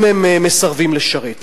אם הם מסרבים לשרת.